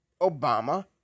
Obama